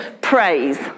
Praise